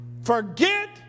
forget